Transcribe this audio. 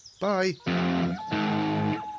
bye